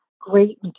great